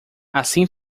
assim